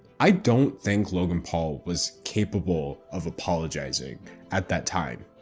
i don't think logan paul was capable of apologizing at that time,